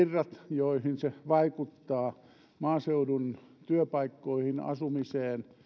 joihin se vaikuttaa se vaikuttaa maaseudun työpaikkoihin asumiseen